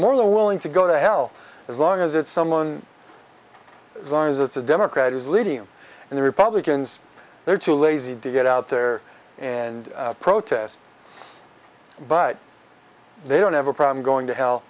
more willing to go to hell as long as it's someone long as a democrat is leading them and the republicans they're too lazy to get out there and protest but they don't have a problem going to hell